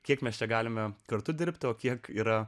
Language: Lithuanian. kiek mes čia galime kartu dirbti o kiek yra